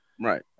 Right